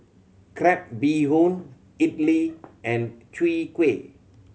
crab bee hoon idly and Chwee Kueh